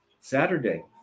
Saturday